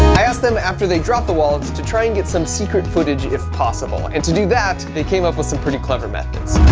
i asked them after they dropped the wallets to try and get some secret footage if possible and do that they came up with some pretty clever methods.